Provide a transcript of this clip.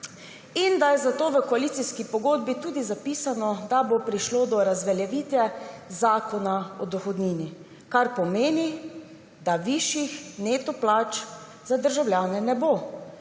in da je zato v koalicijski pogodbi tudi zapisano, da bo prišlo do razveljavitve Zakona o dohodnini. Kar pomeni, da višjih neto plač za državljane ne bo,